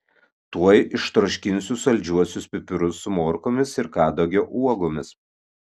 tuoj ištroškinsiu saldžiuosius pipirus su morkomis ir kadagio uogomis